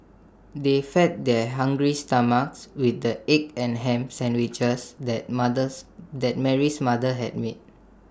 they fed their hungry stomachs with the egg and Ham Sandwiches that mothers that Mary's mother had made